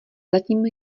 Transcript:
zatím